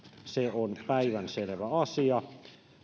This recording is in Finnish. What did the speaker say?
se on päivänselvä asia